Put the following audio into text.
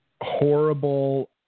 horrible